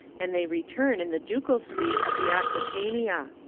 and they return in the ducal suite of the aquitania.